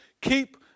keep